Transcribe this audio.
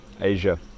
Asia